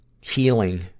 healing